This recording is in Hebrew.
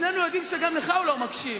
שנינו יודעים שגם לך הוא לא מקשיב.